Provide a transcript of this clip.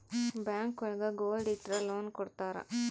bank ಒಳಗ gold ಇಟ್ರ loan ಕೊಡ್ತಾರ